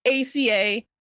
ACA